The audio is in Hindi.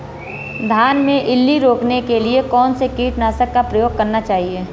धान में इल्ली रोकने के लिए कौनसे कीटनाशक का प्रयोग करना चाहिए?